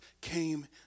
came